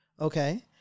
Okay